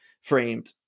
framed